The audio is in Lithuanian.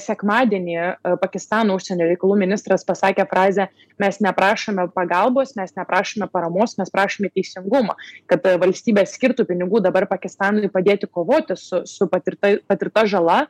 sekmadienį pakistano užsienio reikalų ministras pasakė frazę mes neprašome pagalbos mes neprašome paramos mes prašome teisingumo kad valstybės skirtų pinigų dabar pakistanui padėti kovoti su su patirta patirta žala